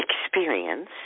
experience